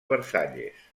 versalles